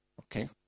Okay